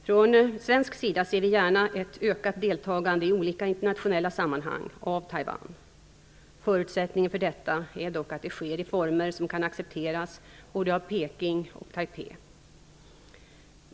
Från svensk sida ser vi gärna ett ökat deltagande i olika internationella sammanhang av Taiwan. Förutsättningen för detta är dock att det sker i former som kan accepteras både av Peking och av Taipei.